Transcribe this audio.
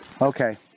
Okay